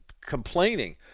complaining